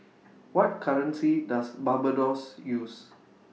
What currency Does Barbados use